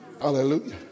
hallelujah